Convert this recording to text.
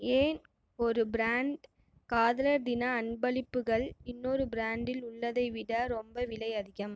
ஏன் ஒரு பிராண்ட் காதலர் தின அன்பளிப்புகள் இன்னொரு பிராண்டில் உள்ளதை விட ரொம்ப விலை அதிகம்